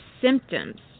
symptoms